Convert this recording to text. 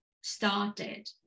started